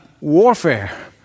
warfare